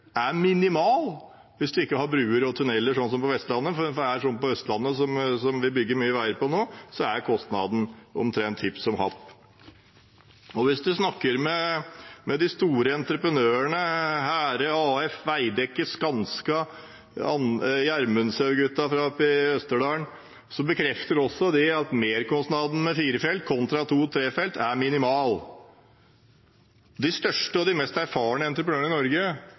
er kostnaden minimal hvis man ikke har broer og tunneler som på Vestlandet. Her på Østlandet, hvor vi bygger nye veier nå, er kostnaden omtrent hipp som happ. Hvis man snakker med de store entreprenørene, Hæhre, AF, Veidekke, Skanska og Gjermundshaug-gutta fra Østerdalen, bekrefter også de at merkostnaden for fire felt kontra to-/tre felt er minimal. De største og mest erfarne entreprenørene i Norge